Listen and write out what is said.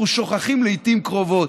אנחנו שוכחים לעיתים קרובות: